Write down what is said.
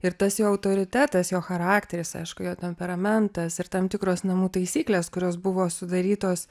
ir tas jo autoritetas jo charakteris aišku jo temperamentas ir tam tikros namų taisyklės kurios buvo sudarytos